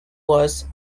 was